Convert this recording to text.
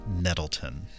Nettleton